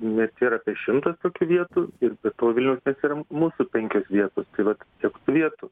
nes čia yra apie šimtas tokių vietų ir be to vilniaus mieste yra mūsų penkios vietos tai vat tiek tų vietų